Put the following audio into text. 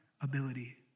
ability